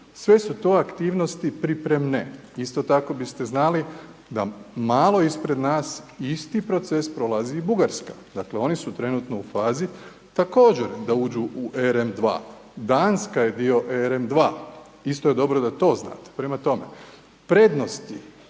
Sve su to aktivnosti pripremne. Isto tako biste znali da malo ispred nas isti proces prolazi i Bugarska, dakle oni su trenutno u fazi također da uđu u RN 2, Danska je dio RN 2, isto je dobro da to znate. Prema tome, prednosti